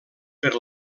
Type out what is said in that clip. per